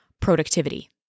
productivity